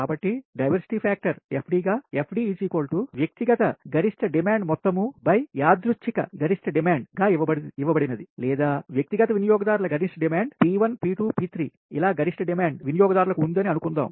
కాబట్టి diversity factor FD గా FD వ్యక్తిగత గరిష్ట డిమాండ్ మొత్తం యాదృచ్ఛిక గరిష్ట డిమాండ్ గా ఇవ్వబడినది లేదా వ్యక్తిగత వినియోగదారుల గరిష్ట డిమాండ్ P1 P2 P3 ఇలా గరిష్ట డిమాండ్ వినియోగదారులకు ఉందని అనుకుందాం